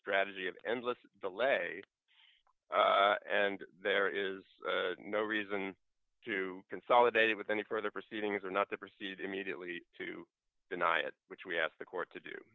strategy of endless delay and there is no reason to consolidate it with any further proceedings or not to proceed immediately to deny it which we asked the court to do